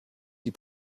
die